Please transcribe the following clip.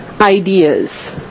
ideas